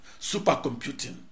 supercomputing